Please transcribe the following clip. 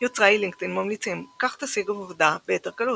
יוצרי לינקדאין ממליצים כך תשיגו עבודה ביתר קלות,